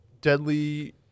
deadly